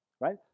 Right